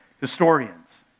historians